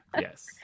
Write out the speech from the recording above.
Yes